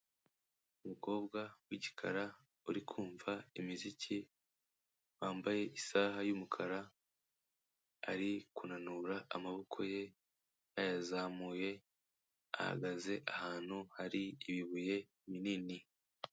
Umukobwa w'igikara uri kumva imiziki, wambaye isaha y'umukara ari kunanura amaboko ye yayazamuye, ahagaze ahantu hari ibibuye binini.